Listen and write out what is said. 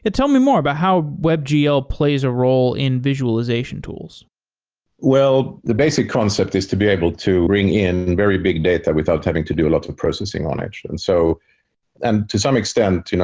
tell me more about how webgl plays a role in visualization tools well, the basic concept is to be able to bring in very big data without having to do a lot of processing on it. and so and to some extent, you know